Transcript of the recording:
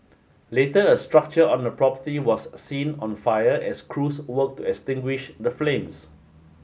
later a structure on the property was seen on fire as crews worked to extinguish the flames